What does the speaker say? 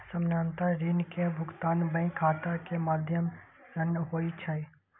सामान्यतः ऋण के भुगतान बैंक खाता के माध्यम सं होइ छै